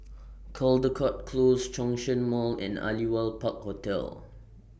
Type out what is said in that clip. Caldecott Close Zhongshan Mall and Aliwal Park Hotel